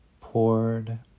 poured